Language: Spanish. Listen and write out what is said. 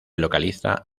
localiza